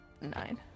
nine